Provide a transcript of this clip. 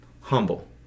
humble